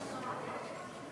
לוועדת הכלכלה נתקבלה.